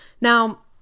Now